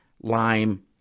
lime